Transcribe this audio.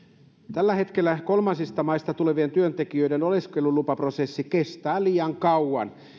tällä hetkellä kolmansista maista tulevien työntekijöiden oleskelulupaprosessi kestää liian kauan